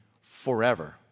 forever